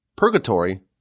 Purgatory